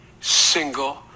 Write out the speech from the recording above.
single